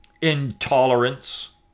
intolerance